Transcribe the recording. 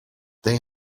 they